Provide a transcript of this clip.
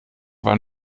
war